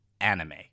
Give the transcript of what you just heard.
anime